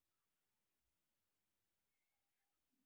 దేశీయ పందులను పశువులుగా పెంచడం పశుసంవర్ధక శాఖ కిందికి వస్తుంది